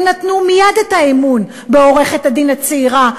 הם נתנו מייד אמון בעורכת-דין הצעירה האישה.